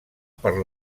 per